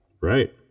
Right